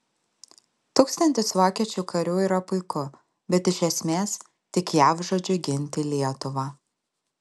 tūkstantis vokiečių karių yra puiku bet iš esmės tik jav žodžiu ginti lietuvą